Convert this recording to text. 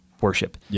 Worship